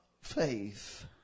faith